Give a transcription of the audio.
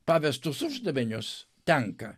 pavestus uždavinius tenka